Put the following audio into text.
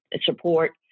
support